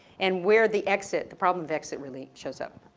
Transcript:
and where the exit, the problem of exit really shows up.